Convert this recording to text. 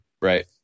Right